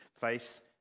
face